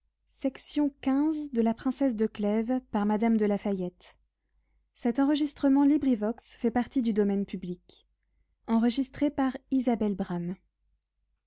of la princesse